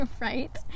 Right